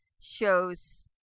show's